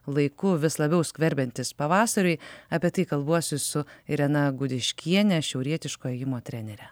laiku vis labiau skverbiantis pavasariui apie tai kalbuosi su irena gudiškiene šiaurietiško ėjimo trenere